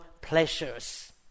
pleasures